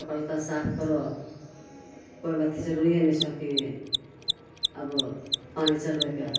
कपड़ा लत्ता साफ करऽ कोइ बातके जरूरिए नहि छै कि आब पानी चलबैके